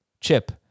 chip